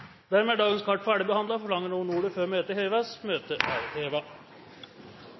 Dermed er dagens kart ferdigbehandlet. Forlanger noen ordet før møtet heves? – Møtet er